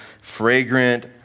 fragrant